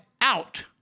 out